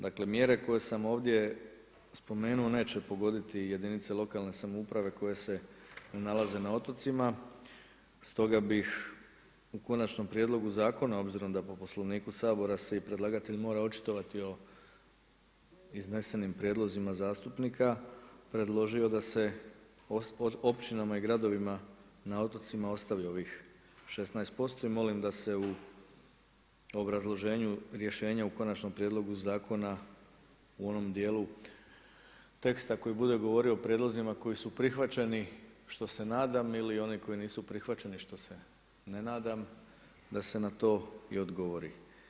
Dakle mjere koje sam ovdje spomenuo neće pogoditi jedinice lokalne samouprave koje se ne nalaze na otocima, stoga bih u konačnom prijedlogu zakona obzirom da po Poslovniku sabora se i predlagatelj mora očitovati o iznesenim prijedlozima zastupnika predložio da se na općinama i gradovima na otocima ostavi ovih 16% i molim da se u obrazloženju rješenja u konačnom prijedlogu zakona u onom dijelu teksta koji bude govorio o prijedlozima koji su prihvaćeni što se nadam ili oni koji nisu prihvaćeni što se ne nadam da se na to i odgovori.